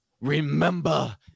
remember